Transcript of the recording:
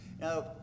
Now